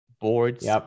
boards